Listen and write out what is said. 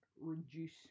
reduce